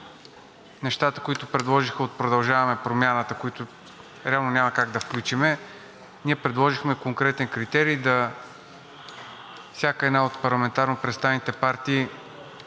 нещата, които предложиха от „Продължаваме Промяната“, които реално няма как да включим, ние предложихме конкретни критерии. Всяка една от парламентарно представените партии,